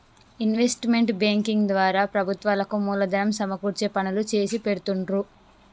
investment banking ద్వారా ప్రభుత్వాలకు మూలధనం సమకూర్చే పనులు చేసిపెడుతుండ్రు